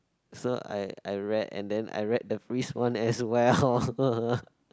so I I read and then I read the priest one as well